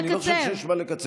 אני לא חושב שיש מה לקצר.